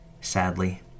Sadly